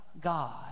God